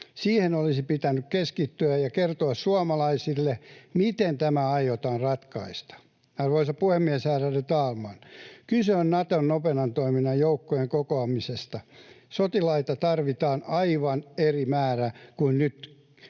Siihen olisi pitänyt keskittyä ja kertoa suomalaisille, miten tämä aiotaan ratkaista. Arvoisa puhemies, ärade talman! Kun kyse on Naton nopean toiminnan joukkojen kokoamisesta, sotilaita tarvitaan aivan eri määrä kuin nyt